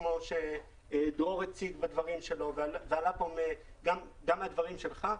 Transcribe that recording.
כמו שדרור הציג בדברים שלו וזה עלה גם מהדברים שלך,